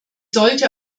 sollte